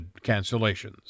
cancellations